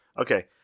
Okay